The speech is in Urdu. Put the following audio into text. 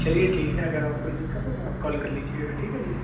چلیے ٹھیک ہے اگر اور کوئی دقت ہو تو آپ کال کر لیجیے گا ٹھیک ہے جی